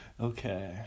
Okay